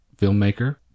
filmmaker